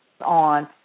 on